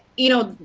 you know,